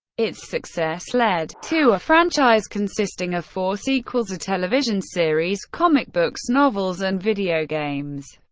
its success led to a franchise consisting of four sequels, a television series, comic books, novels and video games.